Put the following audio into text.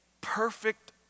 perfect